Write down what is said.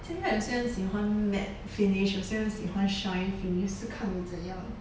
现在有些人喜欢 matte finish 有些人喜欢 shine finish 是看你怎样